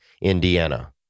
Indiana